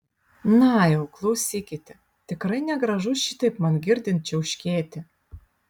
na jau klausykite tikrai negražu šitaip man girdint čiauškėti